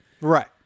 Right